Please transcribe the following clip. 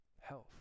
health